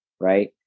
right